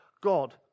God